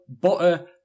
butter